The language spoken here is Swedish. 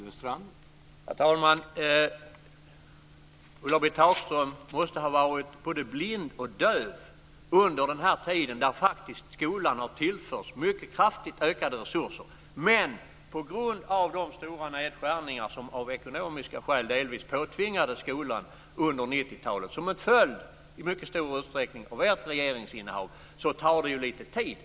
Herr talman! Ulla-Britt Hagström måste ha varit både blind och döv under den här tiden när skolan faktiskt har tillförts mycket kraftigt ökade resurser. Men på grund av de stora nedskärningar som av ekonomiska skäl delvis påtvingades skolan under 90-talet som en följd, i mycket stor utsträckning, av ert regeringsinnehav tar det lite tid.